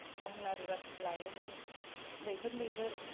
दाहोना रुवाथि लायोमोन लैहोर लैहोर